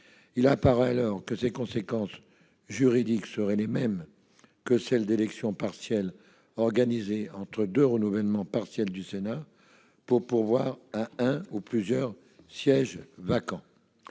le motivent. Ses conséquences juridiques seraient les mêmes que celles d'élections partielles organisées entre deux renouvellements partiels du Sénat pour pourvoir un ou plusieurs sièges vacants.